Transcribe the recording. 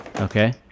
Okay